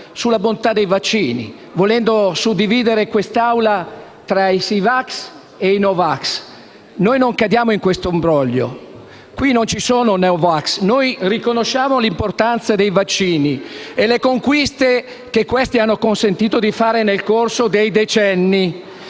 sulla bontà dei vaccini, volendo suddividere quest'Assemblea tra i sì vax e i no vax. Noi non cadiamo in questo imbroglio: qui non ci sono no vax. Noi riconosciamo l'importanza dei vaccini e le conquiste che questi hanno consentito di fare nel corso dei decenni;